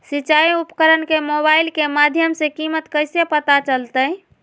सिंचाई उपकरण के मोबाइल के माध्यम से कीमत कैसे पता चलतय?